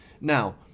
now